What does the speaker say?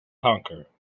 conquer